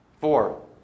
four